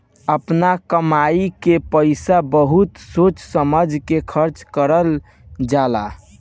आपना कमाई के पईसा बहुत सोच समझ के खर्चा करल जाला